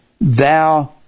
thou